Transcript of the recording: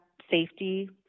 safety